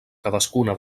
cadascuna